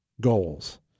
goals